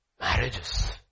Marriages